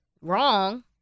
wrong